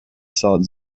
thought